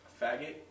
faggot